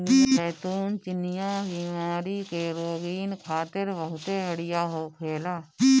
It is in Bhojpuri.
जैतून चिनिया बीमारी के रोगीन खातिर बहुते बढ़िया होखेला